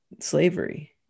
slavery